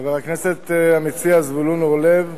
חבר הכנסת המציע זבולון אורלב,